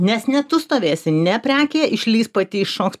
nes ne tu stovėsi ne prekė išlįs pati iššoks